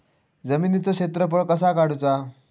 जमिनीचो क्षेत्रफळ कसा काढुचा?